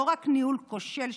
לא רק ניהול כושל,